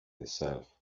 yourself